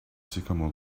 sycamore